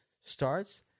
starts